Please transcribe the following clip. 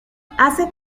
hace